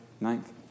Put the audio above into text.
ninth